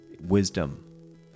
wisdom